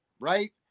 right